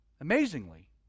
Amazingly